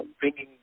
bringing